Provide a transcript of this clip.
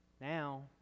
Now